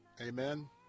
Amen